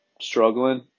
struggling